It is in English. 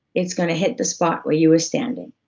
it's gonna hit the spot where you were standing.